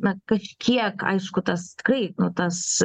na kažkiek aišku tas tikrai nu tas